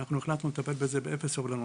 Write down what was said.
אנחנו החלטנו לטפל בזה באפס סובלנות.